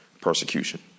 persecution